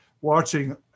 watching